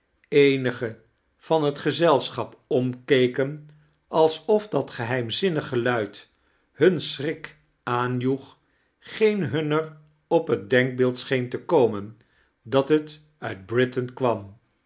eendgen van het gezelschap omkeken alsof dat geheimzinnig geluid hun schrik aanjoeg geen hunner op het denkbeeld scheen te komen dat t uit bfritain kwam